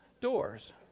doors